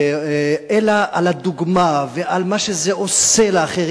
אלא על הדוגמה ועל מה שזה עושה לאחרים,